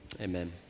Amen